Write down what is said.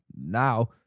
now